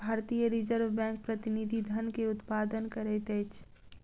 भारतीय reserve bank प्रतिनिधि धन के उत्पादन करैत अछि